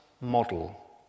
model